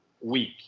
week